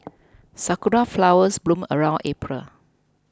sakura flowers bloom around April